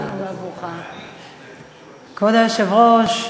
כבוד היושב-ראש,